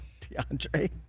DeAndre